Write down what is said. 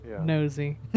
nosy